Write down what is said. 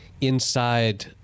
inside